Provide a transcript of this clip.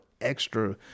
extra